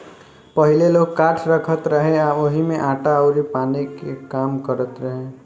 पहिले लोग काठ रखत रहे आ ओही में आटा अउर पानी के काम करत रहे